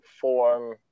form